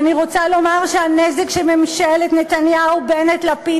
ואני רוצה לומר שהנזק שממשלת נתניהו-בנט-לפיד